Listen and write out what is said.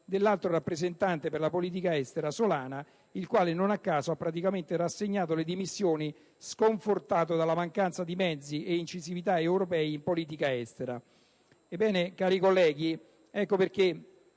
dell'Alto rappresentante per la politica estera, Javier Solana, il quale non a caso ha praticamente rassegnato le dimissioni, sconfortato dalla mancanza di mezzi e di incisività europea in politica estera. Cari colleghi, ecco perché